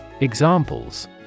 Examples